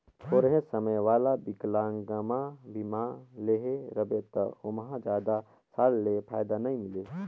थोरहें समय वाला विकलांगमा बीमा लेहे रहबे त ओमहा जादा साल ले फायदा नई मिले